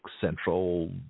Central